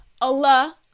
Allah